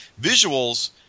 Visuals